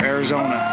Arizona